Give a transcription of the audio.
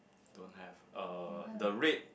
don't have uh the red